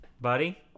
Buddy